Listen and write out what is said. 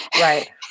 Right